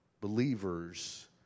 believers